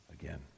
again